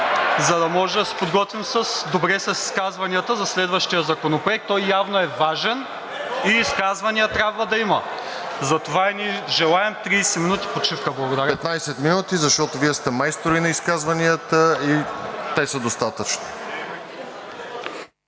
за да може да се подготвим добре с изказванията за следващия законопроект. Той явно е важен и изисквания трябва да има, затова ние желаем 30 минути почивка. Благодаря. ПРЕДСЕДАТЕЛ РОСЕН ЖЕЛЯЗКОВ: 15 минути, защото Вие сте майстори на изказванията и те са достатъчни.